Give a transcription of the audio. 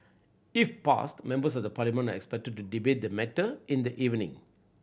if passed Members of the Parliament are expected to debate the matter in the evening